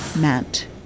meant